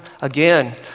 again